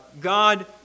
God